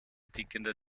tickende